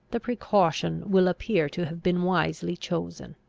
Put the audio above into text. the precaution will appear to have been wisely chosen.